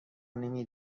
نمی